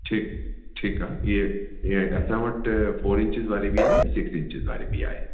ठीकु ठीकु आहे इहे इहे असां वटि फोर इंचिस वारी बि आहे सिक्स इंचिस वारी बि आहे